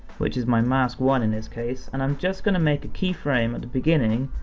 which is my mask one in this case, and i'm just gonna make a keyframe at the beginning,